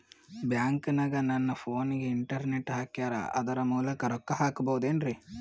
ಬ್ಯಾಂಕನಗ ನನ್ನ ಫೋನಗೆ ಇಂಟರ್ನೆಟ್ ಹಾಕ್ಯಾರ ಅದರ ಮೂಲಕ ರೊಕ್ಕ ಹಾಕಬಹುದೇನ್ರಿ?